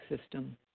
system